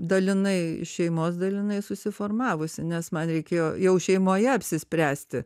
dalinai iš šeimos dalinai susiformavusi nes man reikėjo jau šeimoje apsispręsti